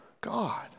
God